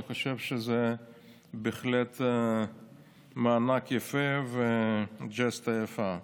אני חושב שזה בהחלט מענק יפה וג'סטה יפה.